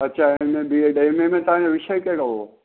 अच्छा M A BEd M A में तव्हांजो विषय कहिड़ो हो